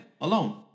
alone